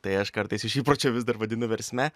tai aš kartais iš įpročio vis dar vadinu versme